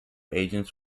agents